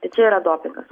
tai čia yra dopingas